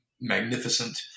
magnificent